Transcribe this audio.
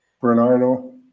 Bernardo